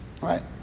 Right